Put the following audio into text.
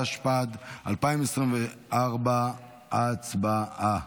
התשפ"ד 2024. הצבעה.